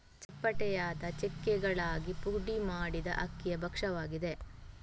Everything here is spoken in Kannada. ಚಪ್ಪಟೆಯಾದ ಚಕ್ಕೆಗಳಾಗಿ ಪುಡಿ ಮಾಡಿದ ಅಕ್ಕಿಯ ಭಕ್ಷ್ಯವಾಗಿದೆ